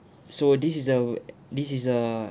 so this is the uh this is a